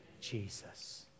Jesus